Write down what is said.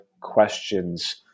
questions